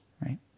right